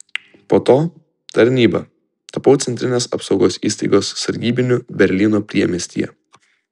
po to tarnyba tapau centrinės apsaugos įstaigos sargybiniu berlyno priemiestyje